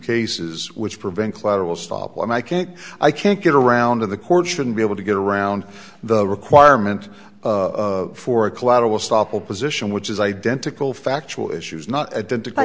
cases which prevent collateral stop and i can't i can't get around in the courts shouldn't be able to get around the requirement for a collateral stop opposition which is identical factual issues not identif